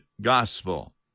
gospel